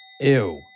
Ew